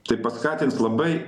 tai paskatins labai